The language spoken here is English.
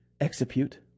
execute